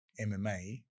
mma